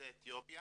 יוצאי אתיופיה